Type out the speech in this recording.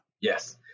Yes